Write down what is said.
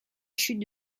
chute